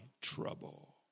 trouble